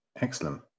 Excellent